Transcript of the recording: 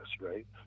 right